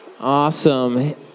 awesome